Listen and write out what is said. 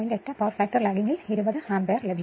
8 power factor ലാഗിംഗിൽ 20 ampere ലഭിക്കും